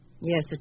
Yes